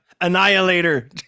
Annihilator